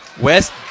West